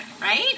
right